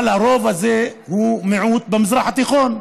אבל הרוב הזה הוא מיעוט במזרח התיכון,